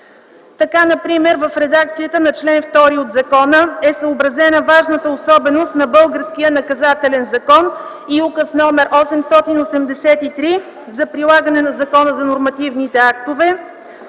Така например в редакцията на чл. 2 от законопроекта е съобразена важната особеност на българския наказателен закон и Указ № 883 за прилагане на Закона за нормативните актове.